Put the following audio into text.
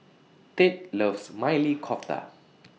Tate loves Maili Kofta